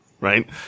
right